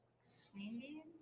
swinging